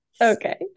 okay